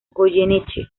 goyeneche